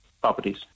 properties